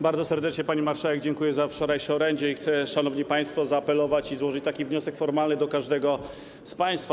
Bardzo serdecznie pani marszałek dziękuję za wczorajsze orędzie i chcę, szanowni państwo, zaapelować i złożyć, skierować wniosek formalny do każdego z państwa.